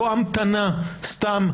לא המתנה סתם,